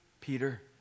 Peter